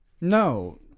No